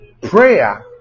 Prayer